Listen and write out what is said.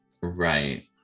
Right